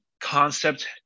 concept